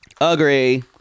Agree